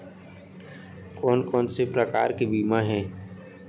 कोन कोन से प्रकार के बीमा हे?